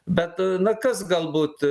bet na kas galbūt